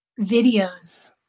videos